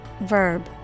verb